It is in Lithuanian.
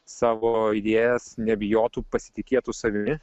savo idėjas nebijotų pasitikėtų savimi